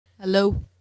Hello